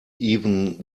even